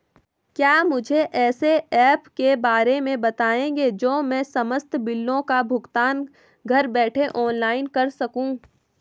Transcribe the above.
क्या मुझे ऐसे ऐप के बारे में बताएँगे जो मैं समस्त बिलों का भुगतान घर बैठे ऑनलाइन कर सकूँ?